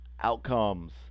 outcomes